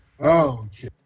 okay